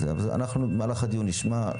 במהלך הדיון אנחנו נשמע.